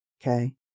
Okay